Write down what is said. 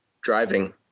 driving